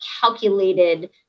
calculated